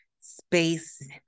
space